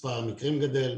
מספר המקרים גדל,